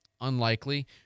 Unlikely